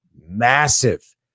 massive